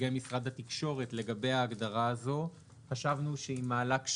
כשנגיע להגדרה של